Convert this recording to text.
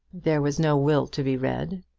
there was no will to be read.